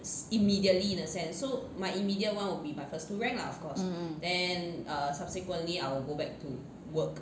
mm